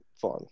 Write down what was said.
fun